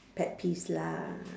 pet peeves lah